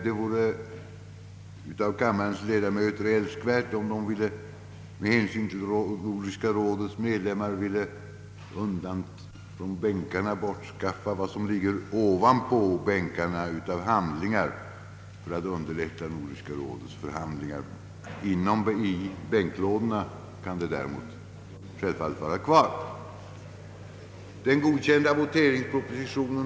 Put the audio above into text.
Det vore älskvärt om kammarens ledamöter, för att underlätta Nordiska rådets förhandlingar, ville undvika att låta handlingar ligga kvar ovanpå bänkarna. Däremot kan papper och andra tillhörigheter utan olägenhet förvaras under bänklocken.